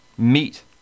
meat